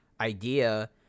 idea